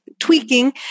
tweaking